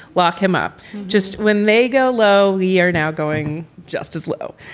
lock him up just when they go low. we are now going just as low.